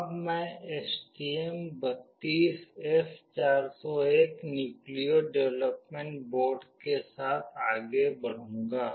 अब मैं STM32F401 Nucleo development board के साथ आगे बढ़ूंगी